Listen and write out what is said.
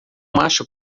macho